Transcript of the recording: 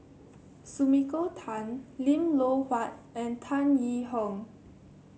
Sumiko Tan Lim Loh Huat and Tan Yee Hong